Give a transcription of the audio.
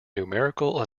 numerical